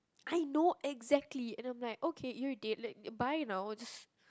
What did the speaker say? I know exactly and then I'm like okay you're dead let bye now I'm just